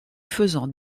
faisant